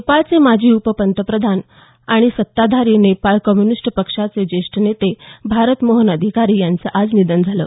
नेपाळचे माजी उपपंतप्रधान आणि सत्ताधारी नेपाळ कम्युनिस्ट पक्षाचे ज्येष्ठ नेते भारत मोहन अधिकारी यांचं आज निधन झालं